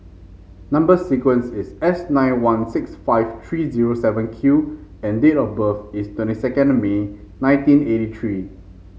number sequence is S nine one six five three zero seven Q and date of birth is twenty second May nineteen eighty three